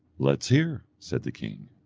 let's hear, said the king.